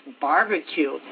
barbecue